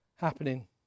happening